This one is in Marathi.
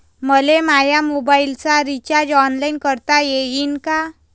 मले माया मोबाईलचा रिचार्ज ऑनलाईन करता येईन का?